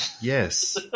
Yes